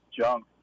junk